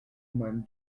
mein